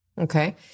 Okay